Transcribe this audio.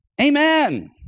Amen